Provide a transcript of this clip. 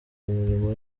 imirimo